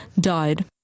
died